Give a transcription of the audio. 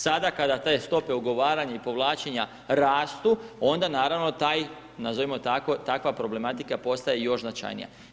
Sada kada te stope ugovaranja i povlačenja rastu, onda naravno taj, nazovimo tako, takva problematika postaje još značajnija.